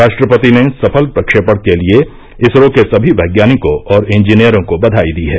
राश्ट्रपति ने सफल प्रक्षेपण के लिये इसरो के सभी वैज्ञानिकों और इंजीनियरों को बधाई दी है